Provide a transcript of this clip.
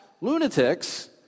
lunatics